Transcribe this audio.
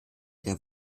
der